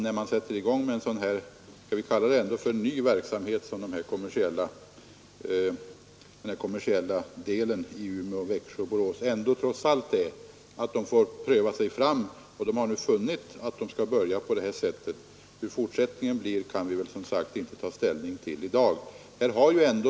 När SJ nu sätter i gång den nya kommersiella verksamheten — om jag får kalla den så — i Umeå, Växjö och Borås, så måste ju ändå SJ ha rätt att pröva sig fram. Nu har man i SJ funnit att man skall börja på detta sätt; hurudan fortsättningen blir kan vi inte ta ställning till i dag.